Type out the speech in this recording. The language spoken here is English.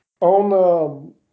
on